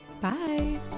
Bye